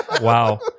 Wow